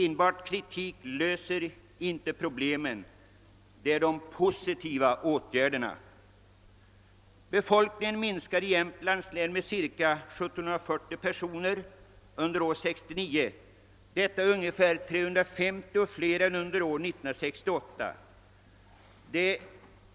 Enbart kritik löser inte problemen, men det gör de positiva åtgärderna. Befolkningen i Jämtlands län minskade med cirka 1740 personer under år 1969. Detta är ungefär 350 fler än under 1968, vilket innebär